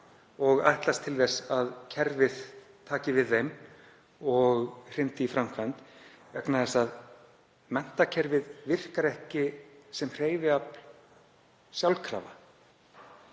og ætlast til þess að kerfið taki við þeim og hrindi í framkvæmd vegna þess að menntakerfið virkar ekki sjálfkrafa